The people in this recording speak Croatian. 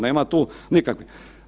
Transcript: Nema tu nikakve.